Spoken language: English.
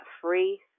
free